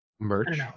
Merch